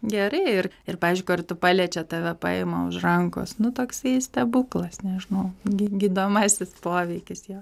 gerai ir ir pavyzdžiui kartu paliečiau tave paima už rankos nu toksai jis stebuklas nežinau gydomasis poveikis jo